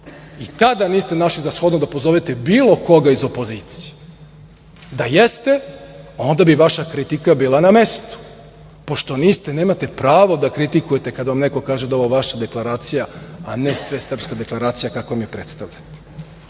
I tada niste našli za shodno da pozovete bilo koga iz opozicije. Da jeste, onda bi vaša kritika bila na mestu. Pošto niste, nemate pravo da kritikujete kad vam neko kaže da je ovo vaša deklaracija, a ne Svesrpska deklaracija, kako je predstavljate. Hajde